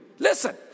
Listen